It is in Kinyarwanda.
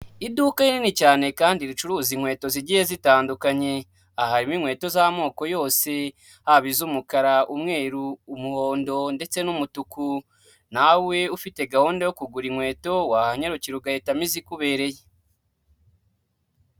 Iduka rinini cyane kandi ricuruza inkweto zigiye zitandukanye, aha harimo inkweto z'amoko yose haba iz'umukara, umweru, umuhondo ndetse n'umutuku, nawe ufite gahunda yo kugura inkweto wahanyarukira ugahitamo izikubereye.